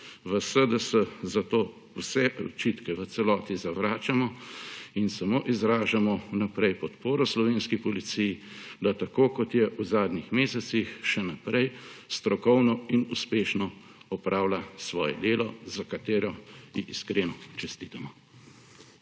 V SDS zato vse očitke v celoti zavračamo in samo izražamo vnaprej podporo slovenski policiji, da tako, kot je v zadnjih mesecih, še naprej strokovno in uspešno opravila svoje delo, za katero ji iskreno čestitamo.